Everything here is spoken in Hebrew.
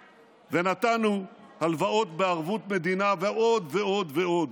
ונתנו הלוואות בערבות מדינה ועוד ועוד ועוד.